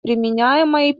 применяемой